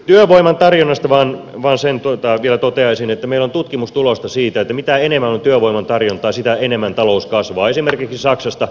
työvoiman tarjonnasta vain sen vielä toteaisin että meillä on tutkimustulosta siitä että mitä enemmän on työvoiman tarjontaa sitä enemmän talous kasvaa esimerkiksi saksasta